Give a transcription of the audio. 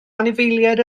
anifeiliaid